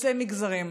חוצה מגזרים.